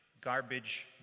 garbage